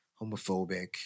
homophobic